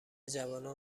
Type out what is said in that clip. جوانان